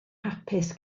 hapus